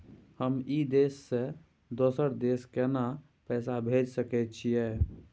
हम ई देश से दोसर देश केना पैसा भेज सके छिए?